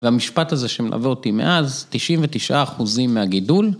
והמשפט הזה שמלווה אותי מאז, 99% מהגידול,